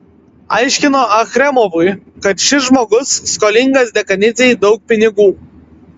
aiškino achremovui kad šis žmogus skolingas dekanidzei daug pinigų